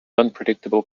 unpredictable